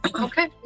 Okay